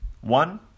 One